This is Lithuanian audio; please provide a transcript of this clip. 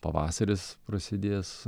pavasaris prasidės